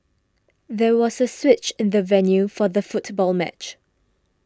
there was a switch in the venue for the football match